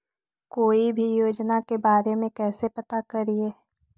कोई भी योजना के बारे में कैसे पता करिए?